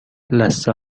لثه